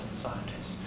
scientists